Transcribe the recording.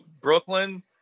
Brooklyn